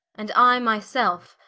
and i my selfe,